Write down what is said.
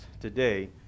today